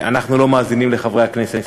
אנחנו לא מאזינים לחברי הכנסת,